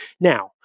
Now